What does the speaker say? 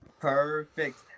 Perfect